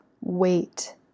wait